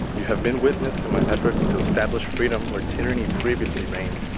you have been witness to my efforts to establish freedom where tyranny previously reigned.